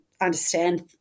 understand